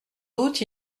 doute